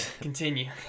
continue